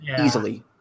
easily